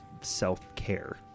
self-care